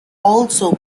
also